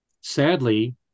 Sadly